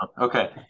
okay